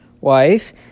wife